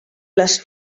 les